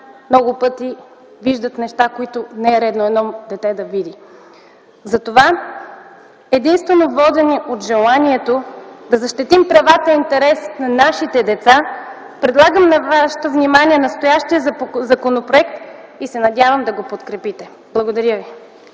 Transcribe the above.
много пъти виждат неща, които не е редно едно дете да види. Единствено водени от желанието да защитим правата и интересите на нашите деца, предлагаме на вашето внимание настоящия законопроект и се надявам да го подкрепите. Благодаря ви.